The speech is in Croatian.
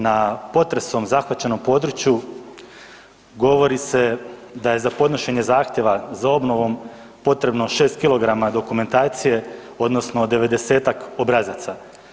Na potresom zahvaćenom području govori se da je za podnošenje zahtjeva za obnovom potrebno 6 kilograma dokumentacije odnosno 90-tak obrazaca.